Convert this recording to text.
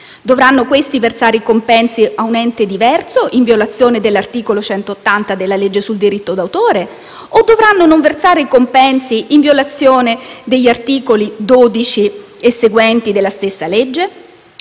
Dovranno questi versare i compensi ad un ente diverso, in violazione dell'articolo 180 della legge sul diritto d'autore? O dovranno non versare i compensi, in violazione degli articoli 12 e seguenti della stessa legge?